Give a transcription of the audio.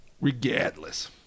Regardless